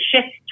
shift